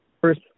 First